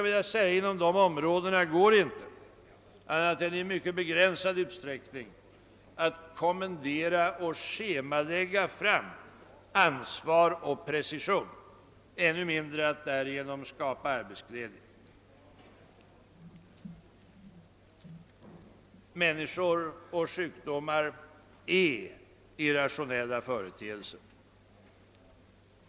Inom de områdena är det inte annat än i mycket begränsad utsträckning möjligt att genom schemaläggning eller kommandon få fram ansvar och precision, än mindre att därigenom skapa arbetsglädje. Människor och sjukdomar är irrationella företeelser.